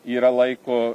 yra laiko